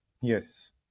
Yes